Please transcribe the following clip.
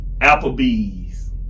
Applebee's